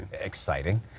exciting